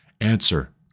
answer